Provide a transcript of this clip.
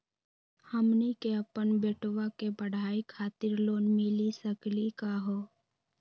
हमनी के अपन बेटवा के पढाई खातीर लोन मिली सकली का हो?